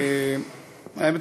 האמת,